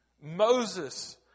Moses